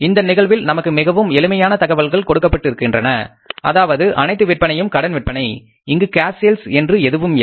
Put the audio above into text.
இந்த நிகழ்வில் நமக்கு மிகவும் எளிமையான தகவல்கள் கொடுக்கப்பட்டிருக்கின்றன அதாவது அனைத்து விற்பனையும் கடன் விற்பனையை இங்கு கேஸ் சேல்ஸ் என்று எதுவுமில்லை